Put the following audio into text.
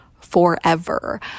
forever